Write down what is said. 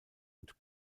und